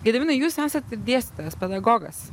gediminai jūs esat dėstytojas pedagogas